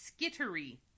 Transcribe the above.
Skittery